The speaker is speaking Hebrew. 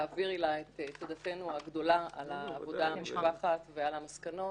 תעבירי לה את תודתנו הגדולה על העבודה המשובחת ועל המסקנות,